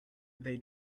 they